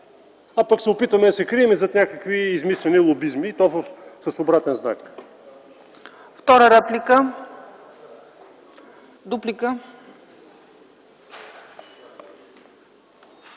Но пък се опитваме да се крием зад някакви измислени лобизми, и то с обратен знак.